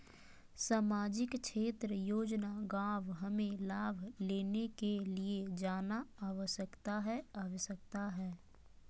सामाजिक क्षेत्र योजना गांव हमें लाभ लेने के लिए जाना आवश्यकता है आवश्यकता है?